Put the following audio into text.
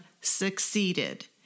succeeded